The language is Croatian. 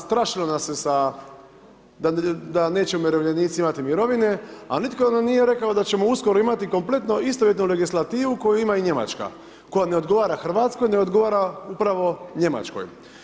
Strašilo nas se sa da neće umirovljenici imati mirovine, a nitko nam nije rekao da ćemo uskoro imati kompletno istovjetnu legislativu koju ima i Njemačka koja ne odgovara Hrvatskoj, ne odgovara upravo Njemačkoj.